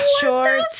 short